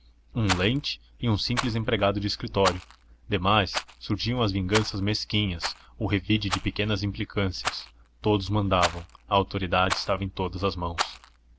um lente e um simples empregado de escritório demais surgiam as vinganças mesquinhas a revide de pequenas implicâncias todos mandavam a autoridade estava em todas as mãos